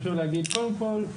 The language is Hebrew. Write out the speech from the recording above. חשוב לי להגיד קודם כל,